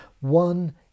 one